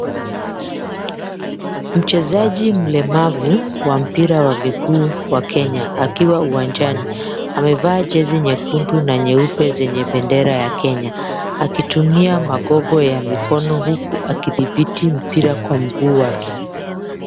Mchezaji mlemavu, wa mpira wa miguu wa Kenya akiwa uwanjani. Amevaa jezi nyekundu na nyeupe zenye bendera ya Kenya. Akitumia magogo ya mikono huku akidhibiti mpira kwa mguu wake.